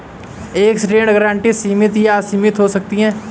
एक ऋण गारंटी सीमित या असीमित हो सकती है